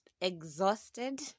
exhausted